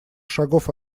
шагов